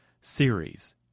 series